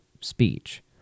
speech